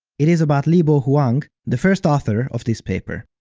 it is about libo huang, the first author of this paper.